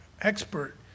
expert